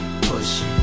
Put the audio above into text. push